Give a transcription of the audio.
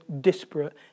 disparate